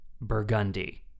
Burgundy